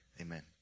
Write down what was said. Amen